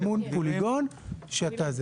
זה מין פוליגון שאתה.